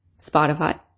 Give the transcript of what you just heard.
Spotify